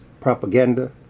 propaganda